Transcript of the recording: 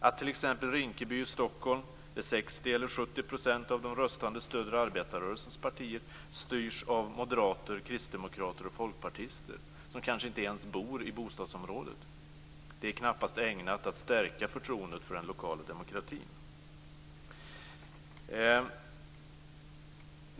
Att t.ex. Rinkeby i Stockholm, där 60-70 % av de röstande stöder arbetarrörelsens partier, styrs av moderater, kristdemokrater och folkpartister som inte ens bor i bostadsområdet är knappast ägnat att stärka förtroendet för den lokala demokratin.